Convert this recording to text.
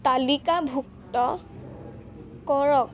তালিকাভুক্ত কৰক